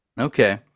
Okay